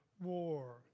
war